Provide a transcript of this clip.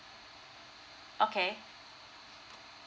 okay